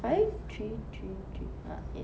five three three three ah okay